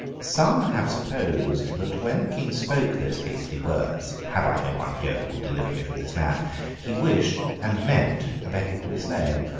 some have supposed that when the king spoke those hasty words, have i no one here who will deliver me from this man he wished, and meant a becket to be slain.